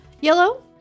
Yellow